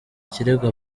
ikirego